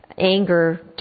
anger